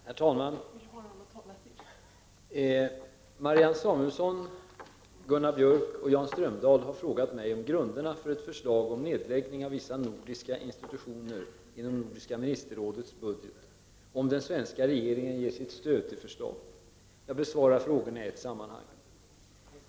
Herr talman! Marianne Samuelsson, Gunnar Björk och Jan Strömdahl har frågat mig om grunderna för ett förslag om nedläggning av vissa nordiska institutioner inom Nordiska ministerrådets budget och om den svenska regeringen ger sitt stöd till förslaget. Jag besvarar frågorna i ett sammanhang.